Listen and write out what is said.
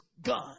gun